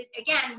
again